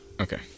Okay